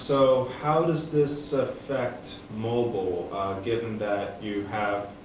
so how does this affect mobile given that you have